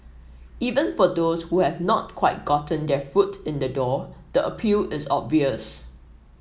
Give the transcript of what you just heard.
even for those who have not quite gotten their foot in the door the appeal is obvious